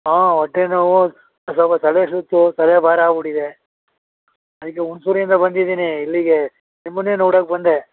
ಆಂ ಹೊಟ್ಟೆ ನೋವು ಸ್ವಲ್ಪ ತಲೆ ಸುತ್ತು ತಲೆ ಭಾರ ಆಗ್ಬಿಟ್ಟಿದೆ ಅದಕ್ಕೆ ಹುಣಸೂರಿಂದ ಬಂದಿದ್ದೀನಿ ಇಲ್ಲಿಗೆ ನಿಮ್ಮನ್ನೇ ನೋಡಕ್ಕೆ ಬಂದೆ